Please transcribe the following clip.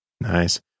Nice